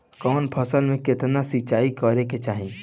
कवन फसल में केतना सिंचाई करेके चाही?